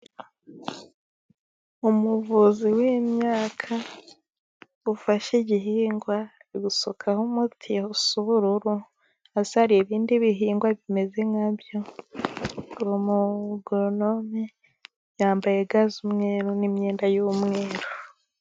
Umuvuzi w'imyaka, ufashe igihingwa ari gusukaho umuti usa n'ubururu, hasi hari ibindi bihingwa bimeze nka byo, uwo mugoronome yambaye ga z'umweru n'imyenda y'umweru.